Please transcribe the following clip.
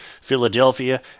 Philadelphia